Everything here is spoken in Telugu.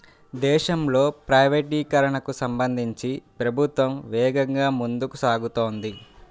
దేశంలో ప్రైవేటీకరణకు సంబంధించి ప్రభుత్వం వేగంగా ముందుకు సాగుతోంది